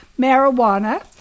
marijuana